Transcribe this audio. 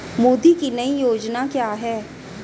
मोदी की नई योजना क्या है?